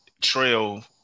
Trail